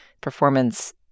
performance